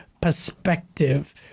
perspective